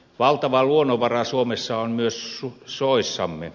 valtava luonnonvara suomessa on myös soissamme